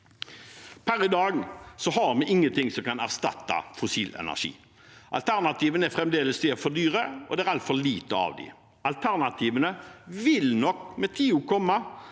Per i dag har vi ingenting som kan erstatte fossil energi. Alternativene er fremdeles for dyre, og det er altfor lite av dem. Alternativene vil nok komme